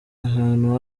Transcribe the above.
ahantu